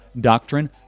Doctrine